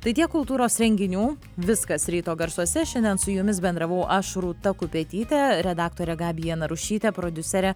tai tiek kultūros renginių viskas ryto garsuose šiandien su jumis bendravau aš rūta kupetytė redaktorė gabija narušytė prodiuserė